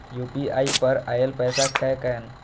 UPI पर आएल पैसा कै कैन?